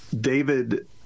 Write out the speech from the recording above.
David